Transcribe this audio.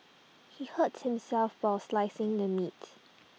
he hurt himself while slicing the meat